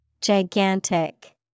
Gigantic